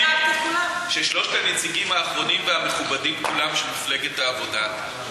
ששלושת הנציגים האחרונים והמכובדים כולם של מפלגת העבודה,